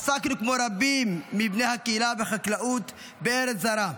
עסקנו, כמו רבים מבני הקהילה, בחקלאות בארץ זרה,